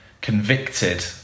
convicted